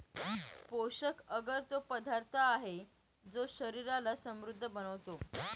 पोषक अगर तो पदार्थ आहे, जो शरीराला समृद्ध बनवतो